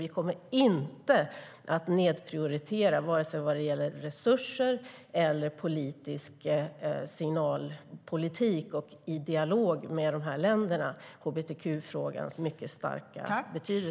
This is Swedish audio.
Vi kommer inte att nedprioritera hbtq-frågans mycket starka betydelse, vare sig i fråga om resurser eller signalpolitik i dialogen med dessa länder.